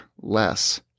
less